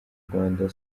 rwanda